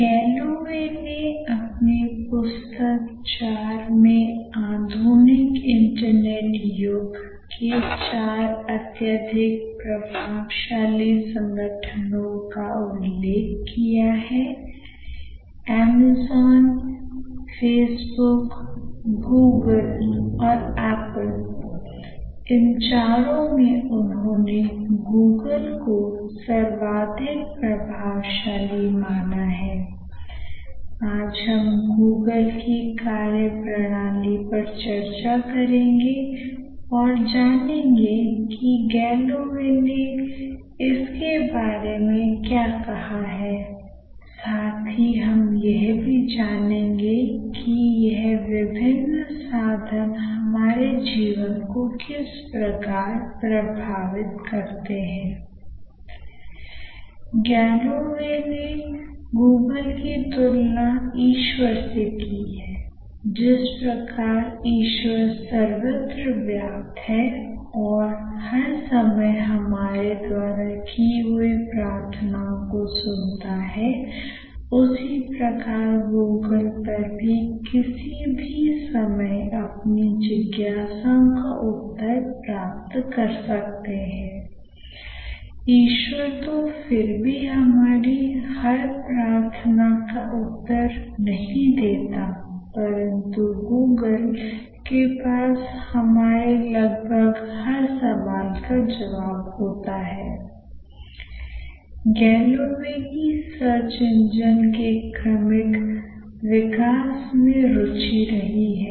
Galloway ने अपनी पुस्तक 4 में आधुनिक इंटरनेट युग के चार अत्यधिक प्रभावशाली संगठनों का उल्लेख किया है ऐमेज़ॉन फेसबुक गूगल और एप्पल इन चारों में उन्होंने गूगल को सर्वाधिक प्रभावशाली माना हैI आज हम गूगल की कार्यप्रणाली पर चर्चा करेंगे और जानेंगे कि गैलोवे ने इसके बारे में क्या कहा हैI साथ ही हम यह भी जानेंगे कि यह विभिन्न साधन हमारे जीवन को किस प्रकार प्रभावित करते हैंI गैलोवे ने गूगल की तुलना ईश्वर से की हैI जिस प्रकार ईश्वर सर्वत्र व्याप्त है और हर समय हमारे द्वारा की हुई प्रार्थनओं को सुनता है उसी प्रकार गूगल पर भी किसी भी समय अपनी जिज्ञासाओं का उत्तर प्राप्त कर सकते हैंI ईश्वर तो फिर भी हमारी हर प्रार्थना का उत्तर नहीं देता परंतु गूगल के पास हमारे लगभग हर सवाल का जवाब होता हैIगैलोवे की सर्च इंजन के क्रमिक विकास में रुचि रही है